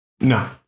No